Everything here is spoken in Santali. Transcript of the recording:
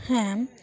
ᱦᱮᱸ